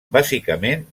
bàsicament